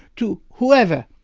to whoever,